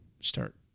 start